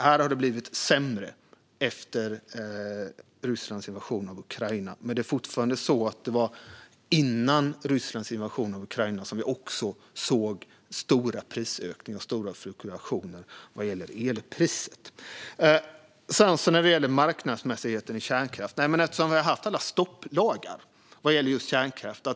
Här har det blivit sämre efter Rysslands invasion av Ukraina, men redan dessförinnan såg vi stora prisökningar och stora fluktuationer i elpriset. När det sedan gäller kärnkraftens marknadsmässighet har vi haft stopplagar vad gäller kärnkraft.